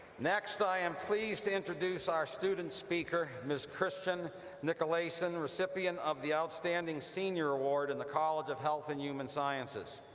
next, am pleased to introduce our student speaker. ms. christine nicolaysen, recipient of the outstanding senior award in the college of health and human sciences.